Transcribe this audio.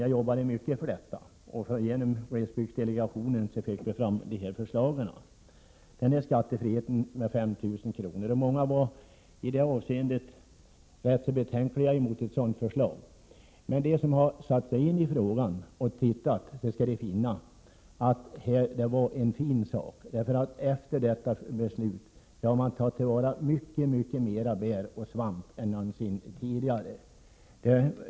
Jag jobbade mycket för den saken, och tack vare stöd i glesbygdsdelegationen fick vi igenom förslaget om skattefrihet på belopp upp till 5 000 kr. Många var ganska betänksamma. Men de som har satt sig in i frågan finner att detta var en bra sak. Efter beslutet har man ju tagit till vara mycket mera bär och svamp än någonsin tidigare.